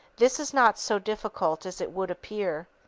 this is not so difficult as it would appear.